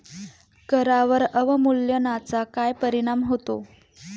करांवर अवमूल्यनाचा काय परिणाम होतो?